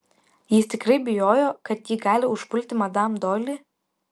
jis tikrai bijojo kad ji gali užpulti madam doili